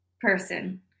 person